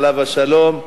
עליו השלום,